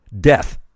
Death